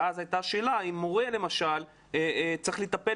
ואז עלתה שאלה אם מורה למשל צריך לטפל